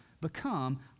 become